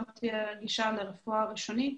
לא תהיה גישה לרפואה הראשונית.